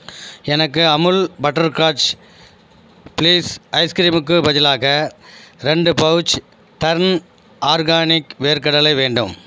எனக்கு Amul butterscotch please ஐஸ்கிரீமுக்கு பதிலாக ரெண்டு பவுச் டர்ன் ஆர்கானிக் வேர்க்கடலை வேண்டும்